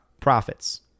profits